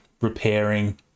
repairing